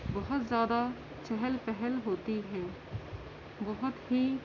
بہت زیادہ چہل پہل ہوتی ہیں بہت ہی